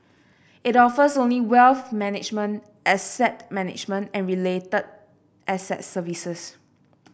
it offers only wealth management asset management and related asset services